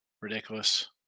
Ridiculous